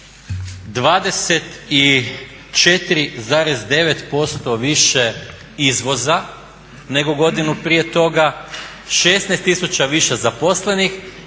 24,9% više izvoza nego godinu prije toga, 16 tisuća više zaposlenih